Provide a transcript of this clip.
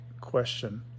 question